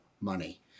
money